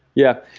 yeah,